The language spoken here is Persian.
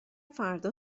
فردا